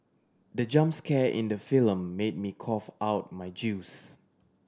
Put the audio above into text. the jump scare in the film made me cough out my juice